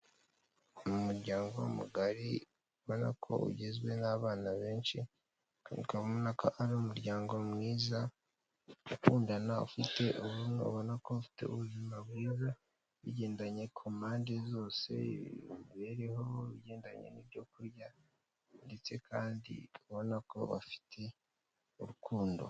Mu muryango mugari ubona ko ugizwe n'abana benshi. Ukaba ubona ko ari umuryango mwiza ukundana ufite ubumwe, ubona ko afite ubuzima bwiza bigendanye ku mpande zose imibereho bigendanye n'ibyokurya ndetse kandi ubona ko bafite urukundo.